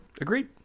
Agreed